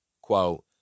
Quote